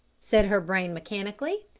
said her brain mechanically.